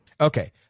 Okay